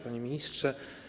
Panie Ministrze!